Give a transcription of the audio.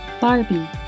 Barbie